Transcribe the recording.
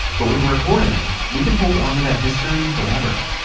but with a recording, we can hold on to that history forever